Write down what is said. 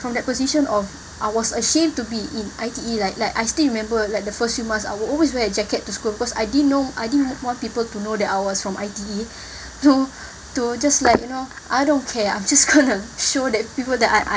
from that position of I was ashamed to be in I_T_E like like I still remember like the first few months I would always wear a jacket to school because I didn't know I didn't want people to know that I was from I_T_E to to just like you know I don't care I'm just gonna show that people that I